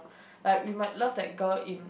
like we might love that girl in